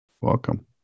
Welcome